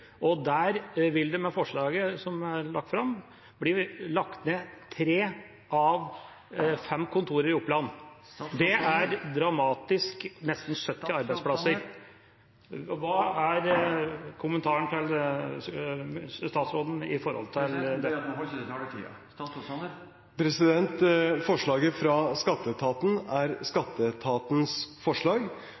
forslaget som er lagt fram, vil tre av fem kontorer i Oppland bli lagt ned. Det er dramatisk, nesten 70 arbeidsplasser. Hva er statsrådens kommentar til dette? Presidenten ber om at man holder seg til taletiden. Forslaget fra skatteetaten er skatteetatens forslag